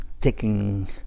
taking